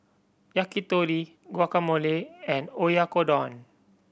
Yakitori Guacamole and Oyakodon